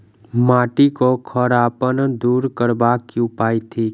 माटि केँ खड़ापन दूर करबाक की उपाय थिक?